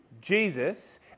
Jesus